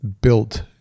built